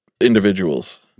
individuals